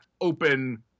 open